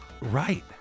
Right